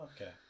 Okay